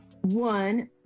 one